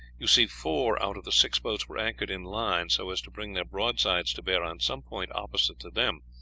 you see four out of the six boats were anchored in line so as to bring their broadsides to bear on some point opposite to them,